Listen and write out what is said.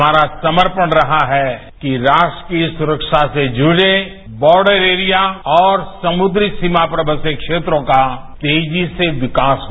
हमारा समर्पण रहा है कि राष्ट्रीय सुरक्षा से जुड़े बॉर्डर एरिया और समुद्री सीमा पर बसे क्षेत्रों का तेजी से विकास हो